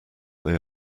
they